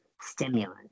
stimulant